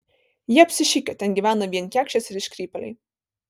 jie apsišikę ten gyvena vien kekšės ir iškrypėliai